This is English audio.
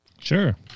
Sure